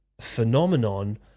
phenomenon